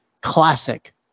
classic